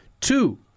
two